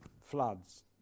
floods